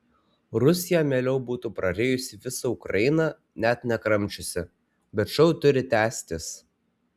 rusija mieliau būtų prarijusi visą ukrainą net nekramčiusi bet šou turi tęstis